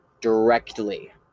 directly